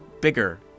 bigger